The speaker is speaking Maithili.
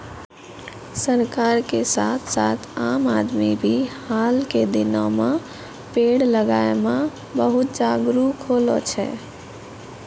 सरकार के साथ साथ आम आदमी भी हाल के दिनों मॅ पेड़ लगाय मॅ बहुत जागरूक होलो छै